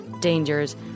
dangers